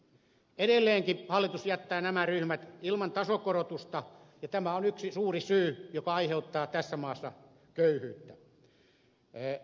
edelleenkin hallitus jättää nämä ryhmät ilman tasokorotusta ja tämä on yksi suuri syy joka aiheuttaa tässä maassa köyhyyttä